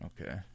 Okay